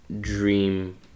dream